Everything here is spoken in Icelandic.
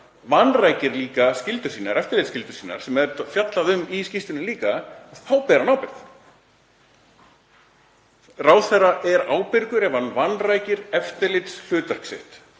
vanrækir líka skyldur, eftirlitsskyldur sínar sem er fjallað um í skýrslunni, þá ber hann ábyrgð. Ráðherra er ábyrgur ef hann vanrækir eftirlitshlutverk sitt.